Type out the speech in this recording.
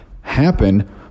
happen